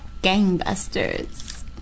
gangbusters